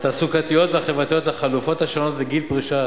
התעסוקתיות והחברתיות לחלופות השונות לגיל פרישה